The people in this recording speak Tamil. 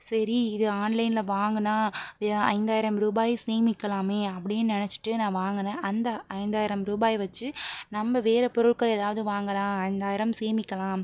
சரி இது ஆன்லைனில் வாங்கினா ஐந்தாயிரம் ரூபாய் சேமிக்கலாமே அப்படின்னு நினச்சிட்டு நான் வாங்கினேன் அந்த ஐந்தாயிரம் ரூபாய் வச்சு நம்ம வேறு பொருட்கள் ஏதாவது வாங்கலாம் ஐந்தாயிரம் சேமிக்கலாம்